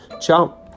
Ciao